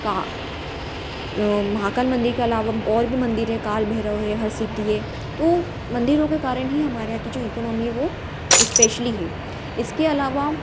का महाकाल मंदिर के अलावा और भी मंदिर हैं काल भैरव है हरसिद्धि है तो मंदिरों के कारण ही हमारे यहाँ की जो इकोनोमी है वह स्पेशली है इसके अलावा